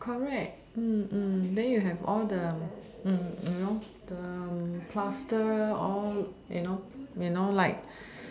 correct mm mm then you have all the mm you know the plaster all you know you know like